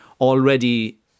already